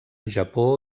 japó